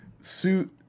suit